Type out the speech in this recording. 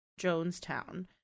jonestown